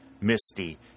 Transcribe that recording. misty